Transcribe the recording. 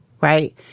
right